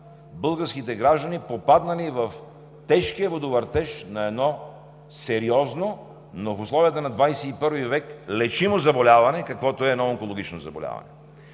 българските граждани, попаднали в тежкия водовъртеж на едно сериозно, но в условията на ХХI век, лечимо заболяване, каквото е едно онкологично заболяване.